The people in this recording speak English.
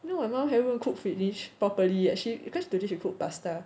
you know my mom haven't even cooked finish properly actually because today she cook pasta